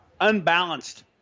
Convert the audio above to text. unbalanced